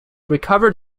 recovered